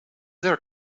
there